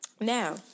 Now